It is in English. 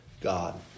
God